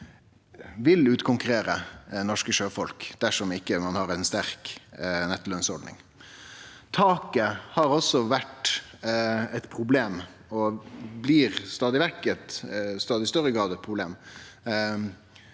vil utkonkurrere norske sjøfolk dersom ein ikkje har ei sterk nettolønsordning. Taket har også vore eit problem – og blir i stadig større grad eit problem.